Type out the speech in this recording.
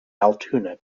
altoona